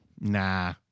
Nah